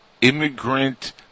immigrant